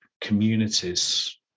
communities